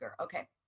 okay